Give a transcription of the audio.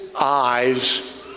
eyes